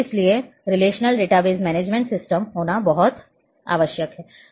इसलिए relational database management system होना बहुत आवश्यक है